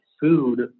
food